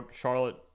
Charlotte